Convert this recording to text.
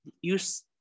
Use